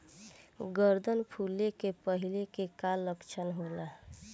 गर्दन फुले के पहिले के का लक्षण होला?